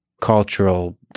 Cultural